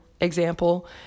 example